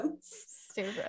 Stupid